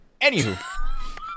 anywho